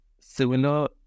similar